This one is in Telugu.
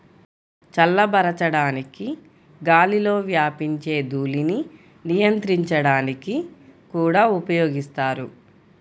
చల్లబరచడానికి గాలిలో వ్యాపించే ధూళిని నియంత్రించడానికి కూడా ఉపయోగిస్తారు